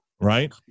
right